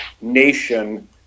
nation